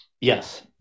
Yes